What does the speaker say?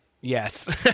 Yes